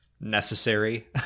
necessary